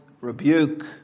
rebuke